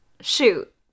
shoot